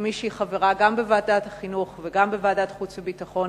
כמי שחברה גם בוועדת החינוך וגם בוועדת החוץ והביטחון,